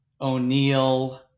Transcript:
O'Neill